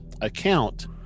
account